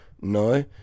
No